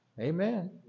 Amen